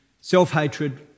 self-hatred